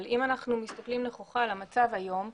אבל אם אנחנו מסתכלים נכוחה על המצב היום,